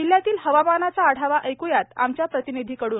जिल्ह्यातील हवामानाचा आढावा ऐक्यात आमच्या प्रतिनिधीकडून